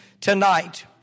tonight